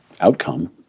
outcome